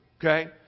Okay